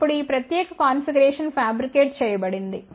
ఇప్పుడు ఈ ప్రత్యేక కాన్ఫిగరేషన్ ఫ్యాబ్రికేట్ చేయబడింది